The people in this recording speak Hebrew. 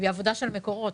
והיא עבודה של מקורות.